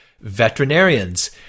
veterinarians